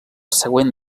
següent